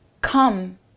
Come